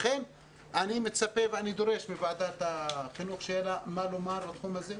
לכן אני מצפה ואני דורש מוועדת החינוך שיהיה לה מה לומר בתחום הזה;